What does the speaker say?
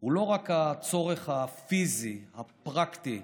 הוא לא רק הצורך הפיזי, הפרקטי,